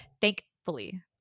Thankfully